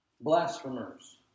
blasphemers